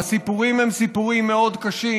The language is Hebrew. והסיפורים הם סיפורים מאוד קשים.